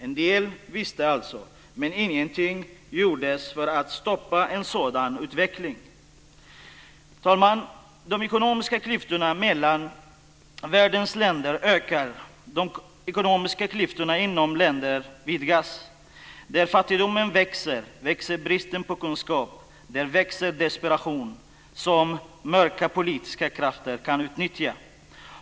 En del visste alltså, men ingenting gjordes för att stoppa en sådan utveckling. Fru talman! De ekonomiska klyftorna mellan världens länder ökar. De ekonomiska klyftorna inom länderna vidgas. Där fattigdomen växer växer bristen på kunskap. Där växer desperation som mörka politiska krafter kan utnyttja.